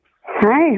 Hi